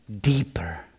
deeper